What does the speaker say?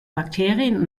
bakterien